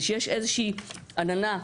ושיש איזו שהיא עננה,